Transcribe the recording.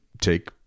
take